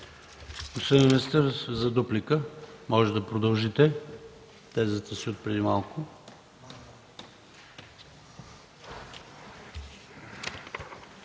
Благодаря.